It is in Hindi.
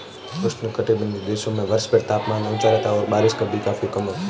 उष्णकटिबंधीय देशों में वर्षभर तापमान ऊंचा रहता है और बारिश भी काफी होती है